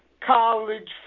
college